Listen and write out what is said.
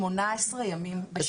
18 ימים בשנה.